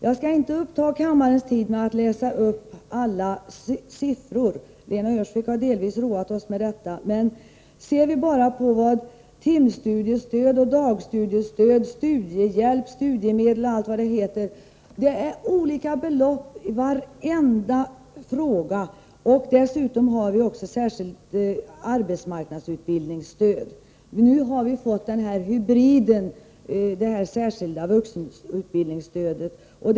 Jag skall inte uppta kammarens tid med att läsa upp alla siffror — Lena Öhrsvik har delvis roat oss med detta. Men om man bara ser på beloppen för timstudiestöd och dagstudiestöd, studiehjälp, studiemedel och allt vad det heter, så finner man att beloppen är olika för varje stödform. Dessutom har vi också särskilt arbetsmarknadsutbildningsstöd. Nu har vi fått den hybrid som det särskilda vuxenutbildningsstödet utgör.